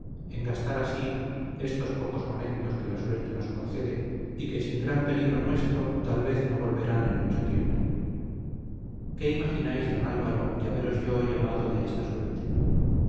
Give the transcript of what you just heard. en gastar así estos pocos momentos que la suerte nos concede y que sin gran peligro nuestro tal vez no volverán en mucho tiempo qué imagináis don álvaro de haberos yo llamado de esta suerte